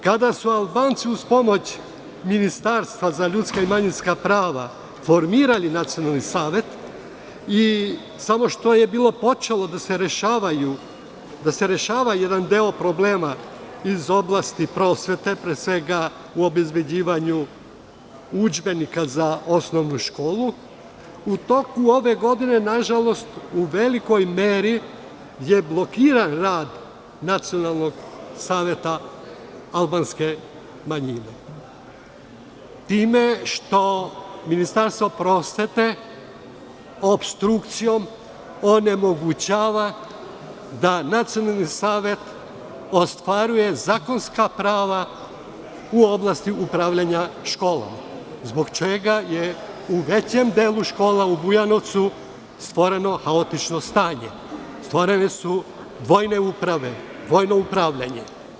Kada su Albanci uz pomoć Ministarstva za ljudska i manjinska prava formirali nacionalni savet i samo što je bilo počelo da se rešava jedan deo problema iz oblasti pre svega prosvete, u obezbeđivanju udžbenika za osnovnu školu, u toku ove godine nažalost, u velikoj meri je blokiran rad Nacionalnog saveta albanske manjine, time što Ministarstvo prosvete opstrukcijom onemogućava da Nacionalni savet ostvaruje zakonska prava u oblasti upravljanja školom, zbog čega je u većem delu škola u Bujanovcu stvoreno haotično stanje, stvorene su dvojne uprave, dvojno upravljanje.